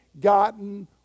gotten